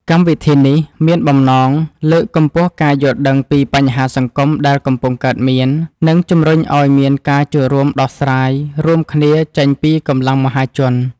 កម្មវិធីនេះមានបំណងលើកកម្ពស់ការយល់ដឹងពីបញ្ហាសង្គមដែលកំពុងកើតមាន និងជំរុញឱ្យមានការចូលរួមដោះស្រាយរួមគ្នាចេញពីកម្លាំងមហាជន។